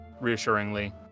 reassuringly